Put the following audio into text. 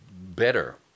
better